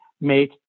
make